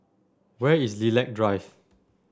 where is Lilac Drive